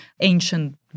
ancient